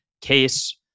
case